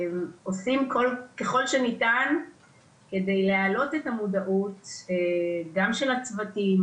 ועושים ככל שניתן על מנת להעלות את המודעות גם של הצוותים,